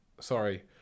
Sorry